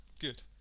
Good